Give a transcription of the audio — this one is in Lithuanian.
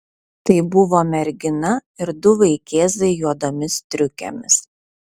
tai buvo mergina ir du vaikėzai juodomis striukėmis